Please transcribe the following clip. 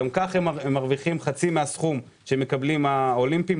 גם ככה הם מרוויחים חצי מהסכום שמקבלים האולימפיים.